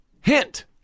Hint